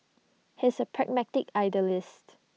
he is A pragmatic idealist